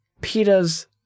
PETA's